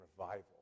revival